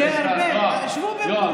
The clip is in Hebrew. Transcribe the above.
יואב, משה ארבל, שבו במקומותיכם.